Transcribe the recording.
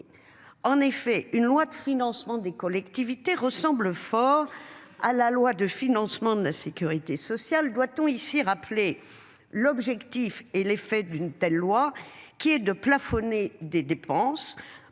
En effet, une loi de financement des collectivités ressemble fort à la loi de financement de la Sécurité sociale. Doit-on ici rappeler l'objectif et l'effet d'une telle loi, qui est de plafonner des dépenses